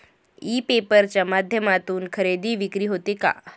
E paper च्या माध्यमातून खरेदी विक्री होते का?